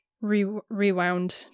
rewound